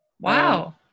Wow